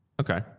Okay